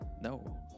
No